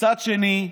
ובצד שני,